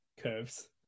curves